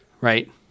right